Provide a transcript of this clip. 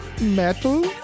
metal